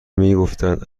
میگفتند